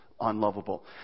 unlovable